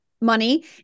money